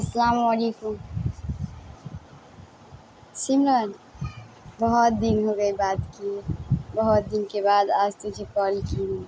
السلام علیکم سمرن بہت دن ہو گئی بات کی بہت دن کے بعد آج تجھے کال کی